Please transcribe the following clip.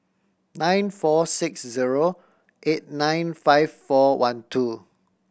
nine four six zero eight nine five four one two